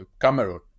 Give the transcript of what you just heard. Cameroon